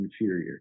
inferior